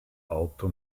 auto